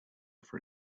for